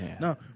no